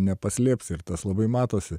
nepaslėpsi ir tas labai matosi